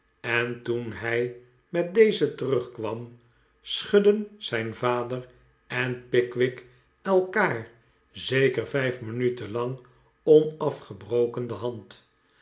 en toen hij met dezen terugkwam schudden zijn vader en pickwick elkaar zeker vijf minuten lang onafgebroken de hand